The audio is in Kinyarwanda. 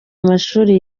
amashuri